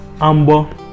amber